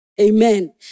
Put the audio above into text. Amen